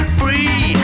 free